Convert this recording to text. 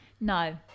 No